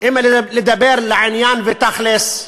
אם לדבר לעניין ותכל'ס,